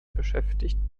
beschäftigt